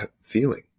feeling